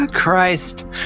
Christ